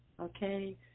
okay